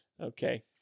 okay